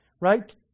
right